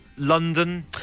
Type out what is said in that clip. London